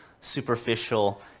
superficial